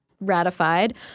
ratified